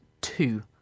two